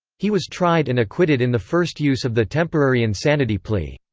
he was tried and acquitted in the first use of the temporary insanity plea.